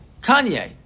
kanye